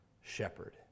shepherd